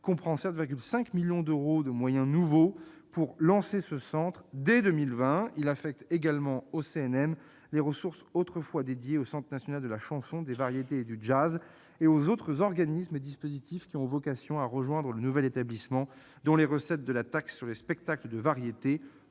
comprend 7,5 millions d'euros de moyens nouveaux pour lancer le Centre en 2020. Il affecte également au CNM les ressources autrefois dédiées au CNV et aux autres organismes et dispositifs qui ont vocation à rejoindre le nouvel établissement, dont les recettes de la taxe sur les spectacles de variétés,